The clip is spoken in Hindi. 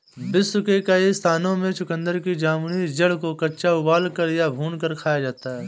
विश्व के कई स्थानों में चुकंदर की जामुनी जड़ को कच्चा उबालकर या भूनकर खाया जाता है